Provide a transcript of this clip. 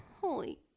holy